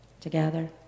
Together